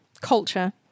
culture